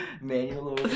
manual